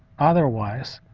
otherwise,